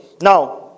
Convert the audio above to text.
Now